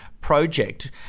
project